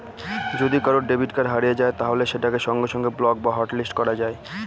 যদি কারুর debit card হারিয়ে যায় তাহলে সেটাকে সঙ্গে সঙ্গে ব্লক বা হটলিস্ট করা যায়